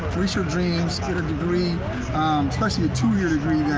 reach her dreams, get her degree especially a two-year degree